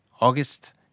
August